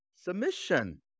submission